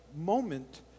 moment